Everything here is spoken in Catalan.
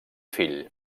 fill